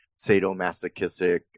sadomasochistic